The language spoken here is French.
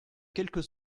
quelques